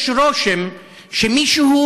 יש רושם שמישהו,